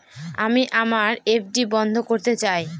আমি আমার এফ.ডি বন্ধ করতে চাই